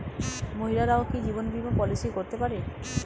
মহিলারাও কি জীবন বীমা পলিসি করতে পারে?